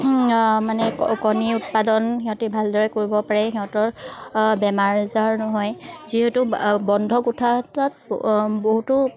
মানে কণী উৎপাদন সিহঁতি ভালদৰে কৰিব পাৰে সিহঁতৰ বেমাৰ আজাৰ নহয় যিহেতু বন্ধ কোঠাত এটাত বহুতো